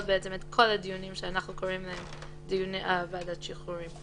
בעצם את כל הדיונים שאנחנו קוראים להם דיוני ועדת שחרורים.